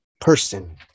person